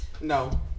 No